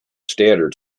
standard